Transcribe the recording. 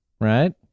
right